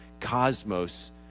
cosmos